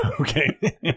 Okay